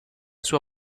sua